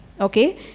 Okay